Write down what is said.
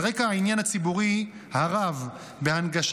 על רקע העניין הציבורי הרב בהנגשה